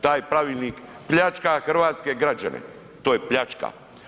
Taj pravilnik pljačka hrvatske građane, to je pljačka.